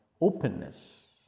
openness